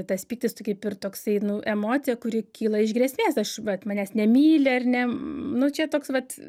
tas pyktis tai kaip ir toksai nu emocija kuri kyla iš grėsmės aš vat manęs nemyli ar ne nu čia toks vat